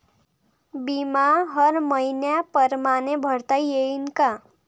बिमा हर मइन्या परमाने भरता येऊन का?